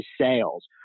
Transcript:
sales